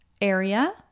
area